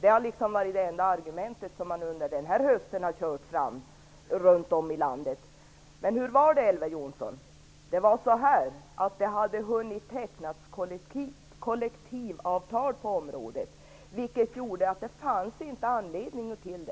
Det har liksom varit det enda argument som man den här hösten har kört fram runt om i landet. Men hur var det, Elver Jonsson? Det hade hunnit tecknas kollektivavtal på området, vilket gjorde att det inte fanns anledning att riva upp